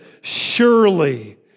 surely